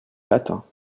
latin